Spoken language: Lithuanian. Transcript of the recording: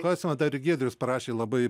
klausimą dar ir giedrius parašė labai